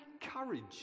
courage